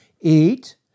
Eat